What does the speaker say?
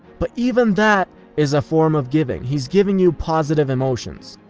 but even that is a form of giving. he's giving you positive emotions.